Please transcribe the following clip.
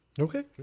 Okay